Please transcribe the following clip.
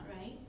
right